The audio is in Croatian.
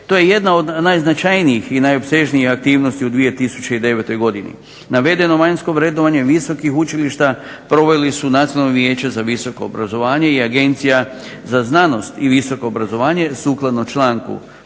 To je jedna od najznačajnijih i najopsežnijih aktivnosti u 2009. godini. Navedeno vanjsko vrednovanje visokih učilišta proveli su Nacionalno vijeće za visoko obrazovanje i Agencija za znanost i visoko obrazovanje sukladno članku